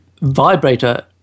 vibrator